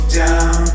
down